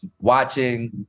watching